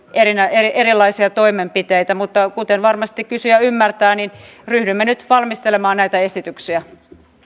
erilaisia toimenpiteitä mutta kuten varmasti kysyjä ymmärtää niin ryhdymme nyt valmistelemaan näitä esityksiä pyydän